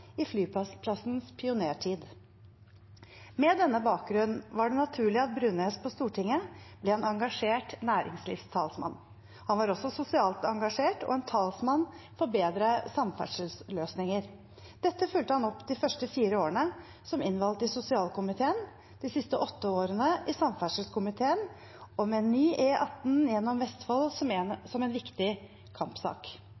i flyplassens pionertid. Med denne bakgrunn var det naturlig at Brunæs på Stortinget ble en engasjert næringslivstalsmann. Han var også sosialt engasjert og en talsmann for bedre samferdselsløsninger. Dette fulgte han opp de første fire årene som innvalgt i sosialkomiteen, de siste åtte årene i samferdselskomiteen, med ny E18 gjennom Vestfold som en